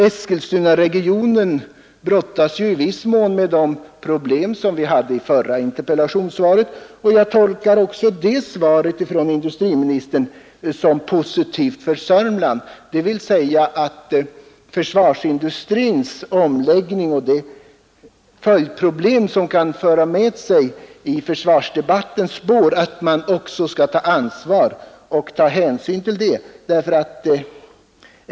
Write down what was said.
Eskilstunaregionen brottas i viss mån med samma problem som berörts i det förra interpellationssvaret, och jag tolkar också det svaret av industriministern som positivt för Södermanland, dvs. så att man skall ta ansvar för och hänsyn till försvarsindustrins omläggning och de problem som kan följa i försvarsdebattens spår.